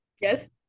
yes